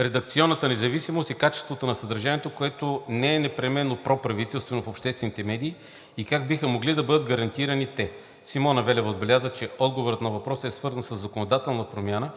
редакционната независимост и качеството на съдържанието, което да не е непременно проправителствено в обществените медии и как биха могли да бъдат гарантирани те. Симона Велева отбеляза, че отговорът на въпроса е свързан със законодателна промяна,